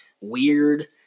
weird